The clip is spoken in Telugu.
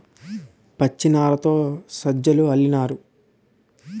పచ్చినారతో సజ్జలు అల్లినారు